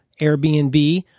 Airbnb